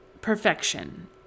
perfection